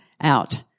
out